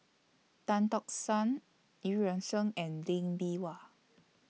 Tan Tock San EU Yuan Sen and Lee Bee Wah